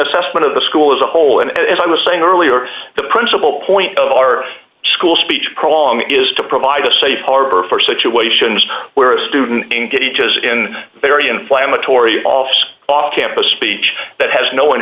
assessment of the school as a whole and as i was saying earlier the principal point of our school speech prong is to provide a safe harbor for secure shows where a student engages in very inflammatory office off campus speech that has no